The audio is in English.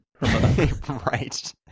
Right